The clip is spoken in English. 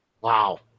Wow